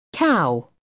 Cow